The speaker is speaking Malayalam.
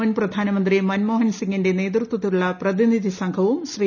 മുൻ പ്രധാനമന്ത്രി മൻമോഹൻ സിംഗിന്റെ നേതൃത്വത്തിലുള്ള പ്രതിനിധി സംഘവും ശ്രീ